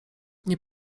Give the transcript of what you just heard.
nie